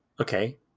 Okay